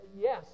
Yes